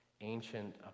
ancient